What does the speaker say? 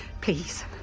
Please